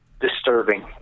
disturbing